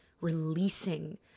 Releasing